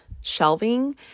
shelving